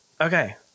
okay